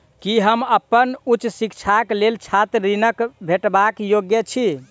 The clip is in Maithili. की हम अप्पन उच्च शिक्षाक लेल छात्र ऋणक भेटबाक योग्य छी?